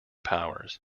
powers